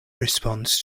response